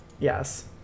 Yes